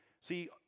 See